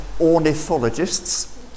ornithologists